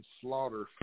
slaughter